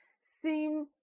seem